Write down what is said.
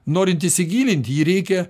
norint įsigilint jį reikia